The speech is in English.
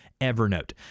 Evernote